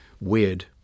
Weird